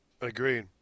Agreed